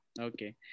Okay